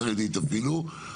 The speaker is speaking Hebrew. חרדית אפילו,